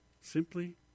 simply